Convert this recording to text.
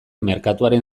merkatuaren